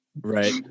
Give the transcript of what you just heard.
Right